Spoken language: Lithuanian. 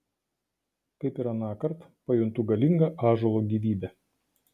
kaip ir anąkart pajuntu galingą ąžuolo gyvybę